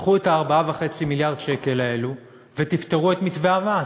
קחו את 4.5 מיליארד השקל האלה ותפתרו את מתווה המס,